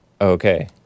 Okay